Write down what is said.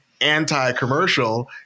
anti-commercial